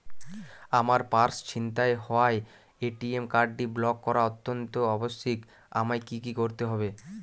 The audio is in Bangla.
আমার পার্স ছিনতাই হওয়ায় এ.টি.এম কার্ডটি ব্লক করা অত্যন্ত আবশ্যিক আমায় কী কী করতে হবে?